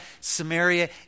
Samaria